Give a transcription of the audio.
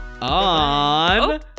On